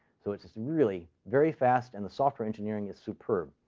so it's it's really very fast, and the software engineering is superb.